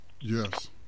yes